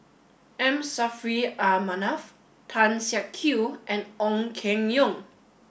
M Saffri A Manaf Tan Siak Kew and Ong Keng Yong